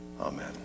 Amen